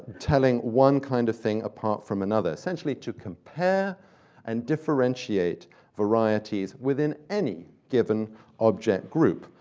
telling one kind of thing apart from another, essentially to compare and differentiate varieties within any given object group,